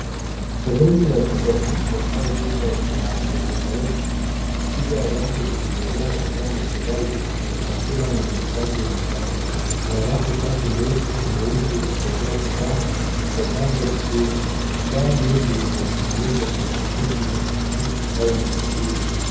Sehemu ya duka kubwa au duka la rejeareja ikiwa rafu zilizojazwa bidhaa mbalimbali na chakula na mahitaji ya nyumbani. Kuna rafu tatu ndefu nyeusi zilizojaa bidhaa zilizopangwa vizuri. Bidhaa nyingi zimefunganishwa kwa paketi za plastiki au masanduku.